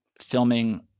filming